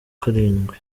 karindwi